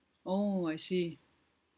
oh I see